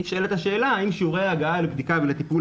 נשאלת השאלה האם שיעורי ההגעה לבדיקה ולטיפול